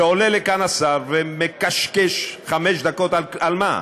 ועולה לכאן השר ומקשקש חמש דקות על מה?